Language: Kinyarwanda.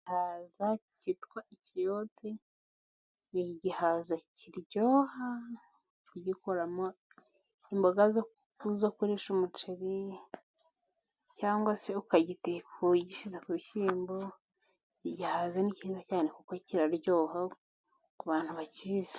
Igihaza cyitwa ikiyote ,ni igihaza kiryoha kugikoramo imboga zo kurisha umuceri ,cyangwa se ukagiteka ugishyize ku bishyimbo ,igihaza ni cyiza cyane kuko kiraryoha ku bantu bakizi.